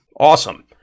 Awesome